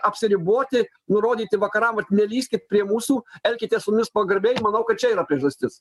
apsiriboti nurodyti vakaram vat nelįskit prie mūsų elkitės su mumis pagarbiai manau kad čia yra priežastis